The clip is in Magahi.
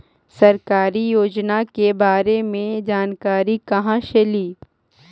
सरकारी योजना के बारे मे जानकारी कहा से ली?